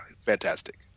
fantastic